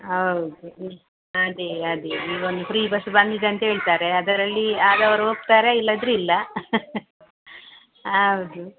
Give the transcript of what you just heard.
ಹೌದು ಹ್ಞೂ ಅದೇ ಅದೇ ಈಗ ಒಂದು ಫ್ರೀ ಬಸ್ ಬಂದಿದೆ ಅಂತೇಳ್ತಾರೆ ಅದರಲ್ಲಿ ಆದವರು ಹೋಗ್ತಾರೆ ಇಲ್ಲದಿದ್ರೆ ಇಲ್ಲ ಹೌದು